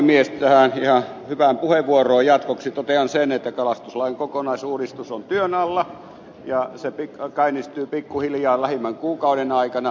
tähän ihan hyvään puheenvuoroon jatkoksi totean sen että kalastuslain kokonaisuudistus on työn alla ja se käynnistyy pikkuhiljaa lähimmän kuukauden aikana